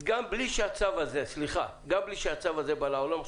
גם בלי שהצו הזה בא לעולם,